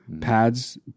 pads